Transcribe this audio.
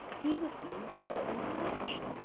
he was being closely watched.